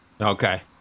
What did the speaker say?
Okay